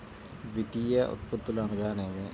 ద్వితీయ ఉత్పత్తులు అనగా నేమి?